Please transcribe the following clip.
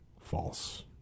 False